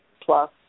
plus